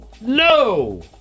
No